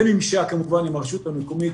בממשק כמובן עם הרשות המקומית,